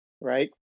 Right